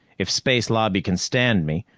if space lobby can stand me,